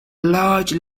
large